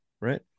right